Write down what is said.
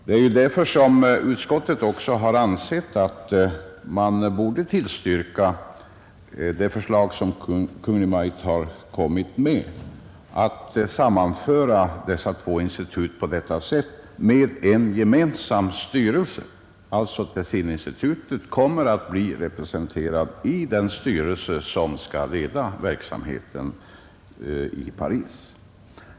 Det är därför som utskottet också har ansett att man borde tillstyrka Kungl. Maj:ts förslag att sammanföra dessa två institut under en gemensam styrelse. Tessininstitutet kommer alltså att bli representerat i den styrelse som skall leda verksamheten i Paris.